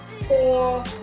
Four